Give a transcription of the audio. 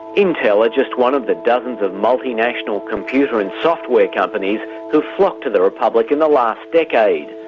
intel are just one of the dozens of multinational computer and software companies who flocked to the republic in the last decade.